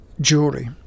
Jewelry